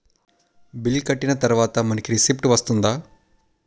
Bill కట్టిన తర్వాత మనకి రిసీప్ట్ వస్తుందా?